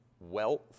wealth